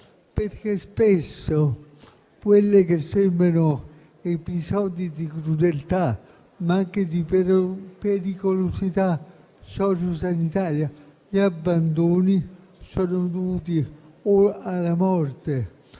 perché spesso quelli che sembrano episodi di crudeltà, ma anche di pericolosità sociosanitaria, e cioè gli abbandoni, sono dovuti o alla morte di un membro